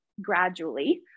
gradually